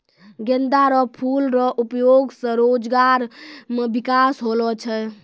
गेंदा रो फूल रो उपयोग से रोजगार मे बिकास होलो छै